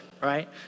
right